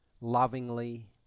lovingly